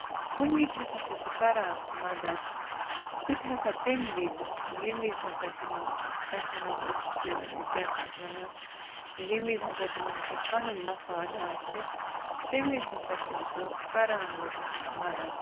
کُنہِ وِزِ ہسا چھُ سُہ کران مدد سُہ تہِ ہسا تَمہِ وِزِ ییٚمہِ وِزِ ہسا تِمو تَتھ وَنو أسۍ کیاہ چھِ اَتھ وَنان ییٚمہِ وَزِ ہسا تِمن کیاہ پَنُن مَفاد آسہِ تَمہِ وِزِ ہسا چھُ سُہ کران لوٗکَن مدد